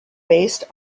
based